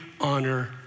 honor